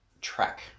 track